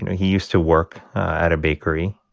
he used to work at a bakery.